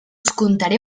contaré